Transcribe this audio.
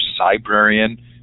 cybrarian